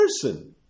person